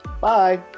Bye